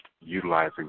utilizing